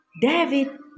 David